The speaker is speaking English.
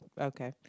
okay